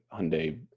hyundai